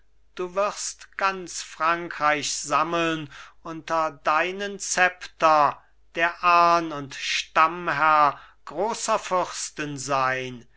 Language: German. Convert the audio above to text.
du wirst ganz frankreich sammeln unter deinen szepter der ahn und stammherr großer fürsten sein